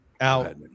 out